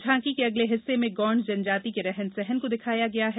झांकी के अगले हिस्से में गोंड जनजाति के रहन सहन को दिखाया गया है